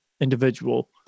individual